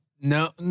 No